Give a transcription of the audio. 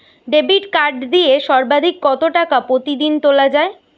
Debit card দিয়ে সর্বাধিক কত টাকা প্রতিদিন তোলা য়ায়?